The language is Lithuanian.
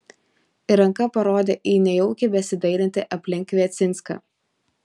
ir ranka parodė į nejaukiai besidairantį aplink kviecinską